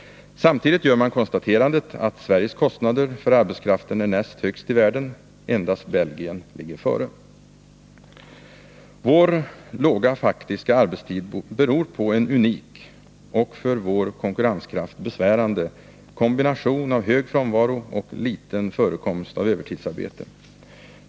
Samtidigt gör man konstaterandet att Sveriges kostnader för arbetskraften är näst högst i världen. Endast Belgien ligger högre. Vår låga faktiska arbetstid beror på en unik — och för vår konkurrenskraft besvärande — kombination av hög frånvaro och liten förekomst av övertidsarbete.